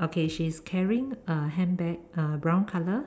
okay she's carrying a handbag uh brown color